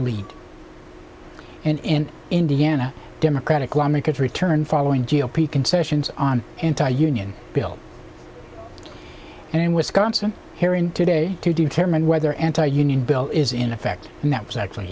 lead and in indiana democratic lawmakers return following g o p concessions on anti union bill and in wisconsin here and today to determine whether anti union bill is in effect and that was actually